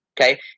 okay